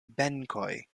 benkoj